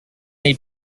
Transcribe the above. nei